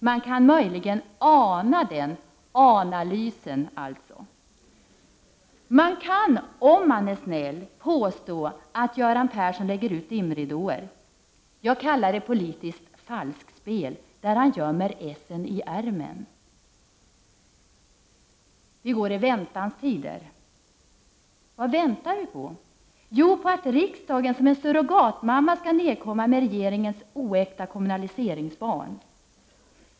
Man kan möjligen ana analysen. Man kan, om man är snäll, påstå att Göran Persson lägger ut dimridåer. Jag kallar det politiskt falskspel, där Göran Persson gömmer essen i ärmen. Vi går i väntans tider. Vad väntar vi på? Jo, vi väntar på att riksdagen som en surrogatmamma skall nedkomma med regeringens oäkta kommunaliseringsbarn.